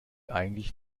eigentlich